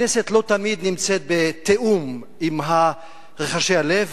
הכנסת לא תמיד נמצאת בתיאום עם רחשי הלב.